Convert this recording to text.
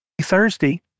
Thursday